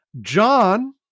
John